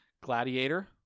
Gladiator